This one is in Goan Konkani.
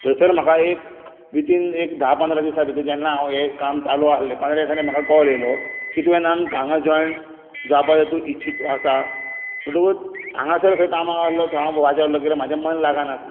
थंयसर म्हाका एक वितीन एक धा पंदरा दिसां भितर जेन्ना हांव हें काम चालू आसलें पंदरा दिसांनी म्हाका कॉल येयलो की तुंवें आमक्या हांगां जॉयन जावपाचें तूं इच्छीत तूं आसा म्हुण्टोकूच हांगासर खंय कामाक आसलो थंय हांव वाजेल्लो कित्याक म्हजें मन लागा नासलें